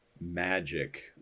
magic